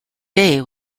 day